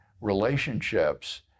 relationships